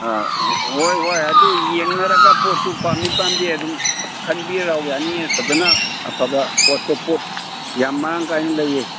ꯑꯥ ꯍꯣꯏ ꯍꯣꯏ ꯑꯗꯨ ꯌꯦꯡꯅꯔꯒ ꯄꯣꯠꯇꯨ ꯄꯥꯝꯃꯤ ꯄꯥꯝꯗꯦ ꯑꯗꯨꯝ ꯈꯟꯕꯤꯔ ꯂꯥꯎ ꯌꯥꯅꯤꯌꯦ ꯐꯖꯅ ꯑꯐꯕ ꯄꯣꯠꯇꯣ ꯄꯣꯠ ꯌꯥꯝ ꯃꯔꯥꯡ ꯀꯥꯏꯅ ꯂꯩꯌꯦ